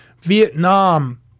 Vietnam